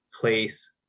place